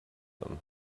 them